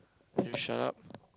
can you shut up